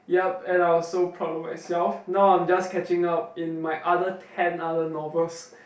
yup and I was so proud of myself now I'm just catching up in my other ten other novels